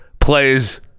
plays